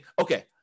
okay